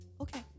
Okay